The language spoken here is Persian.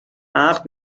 عقد